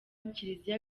kiliziya